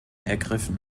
ergriffen